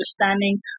understanding